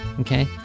Okay